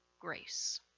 grace